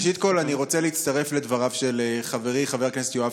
ראשית אני רוצה להצטרף לדבריו של חברי חבר הכנסת יואב